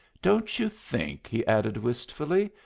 don't you think, he added, wistfully,